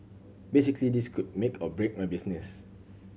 basically this could make or break my business